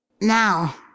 Now